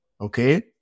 Okay